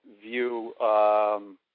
view